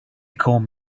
comb